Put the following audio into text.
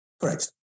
Correct